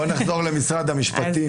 בואו נחזור למשרד המשפטים.